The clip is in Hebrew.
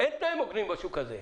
אין תנאים הוגנים בשוק הזה.